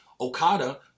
Okada